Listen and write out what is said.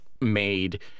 made